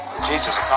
Jesus